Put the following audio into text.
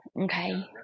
okay